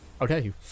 Okay